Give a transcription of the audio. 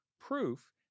proof